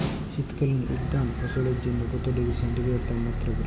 শীত কালীন উদ্যান ফসলের জন্য কত ডিগ্রী সেলসিয়াস তাপমাত্রা প্রয়োজন?